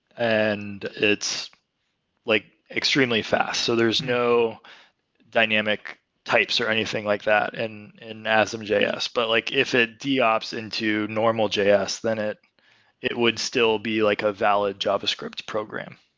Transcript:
and it's like extremely fast. so there's no dynamic types or anything like that and in asm js. but like if it de-ops into normal js, then it it would still be like a valid javascript program.